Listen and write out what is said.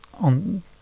on